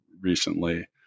recently